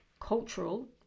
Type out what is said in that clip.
cultural